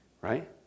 right